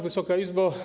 Wysoka Izbo!